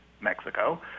Mexico